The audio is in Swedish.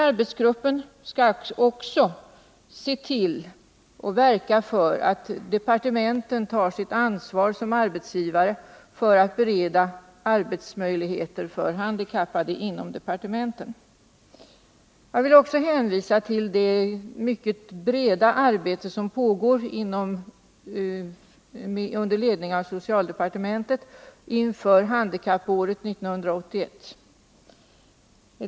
Arbetsgruppen skall också söka finna åtgärder som underlättar för departementen att ta sitt ansvar som arbetsgivare för att bereda arbetsmöjligheter för handikappade inom departementen. Jag vill också hänvisa till det mycket breda arbete som pågår under ledning av socialdepartementet inför FN:s handikappår 1981.